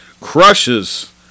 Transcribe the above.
crushes